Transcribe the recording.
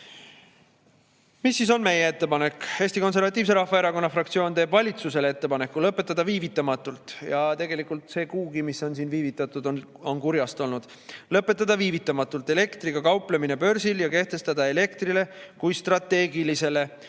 siis on meie ettepanek? Eesti Konservatiivse Rahvaerakonna fraktsioon teeb valitsusele ettepaneku lõpetada viivitamatult – ja tegelikult see kuugi, mis siin on viivitatud, on kurjast olnud – elektriga kauplemine börsil ja kehtestada elektrile kui strateegilisele